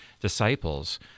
disciples